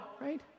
right